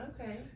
Okay